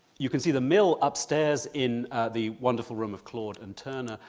you can see the mill upstairs in the wonderful room of claude and turner.